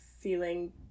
feeling